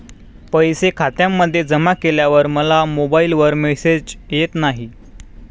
पैसे खात्यामध्ये जमा केल्यावर मला मोबाइलवर मेसेज येत नाही?